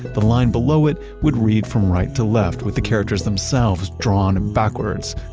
the line below it would read from right to left, with the characters themselves drawn and backwards.